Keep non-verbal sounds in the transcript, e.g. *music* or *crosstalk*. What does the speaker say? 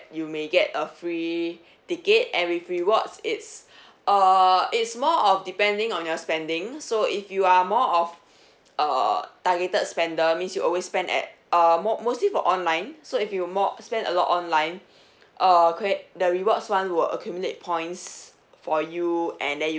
you may get a free *breath* ticket and with rewards it's *breath* uh it's more of depending on your spending so if you are more of *breath* uh targeted spender means you always spend at uh mo~ mostly for online so if you mo~ spend a lot online *breath* uh corre~ the rewards [one] will accumulate points for you and then